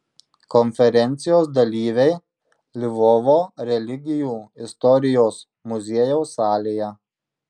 konferencijos dalyviai lvovo religijų istorijos muziejaus salėje